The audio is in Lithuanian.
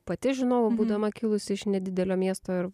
pati žinojau būdama kilusi iš nedidelio miesto ir